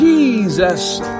Jesus